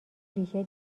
ریشه